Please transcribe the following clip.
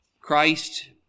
Christ